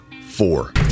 four